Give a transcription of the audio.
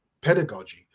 pedagogy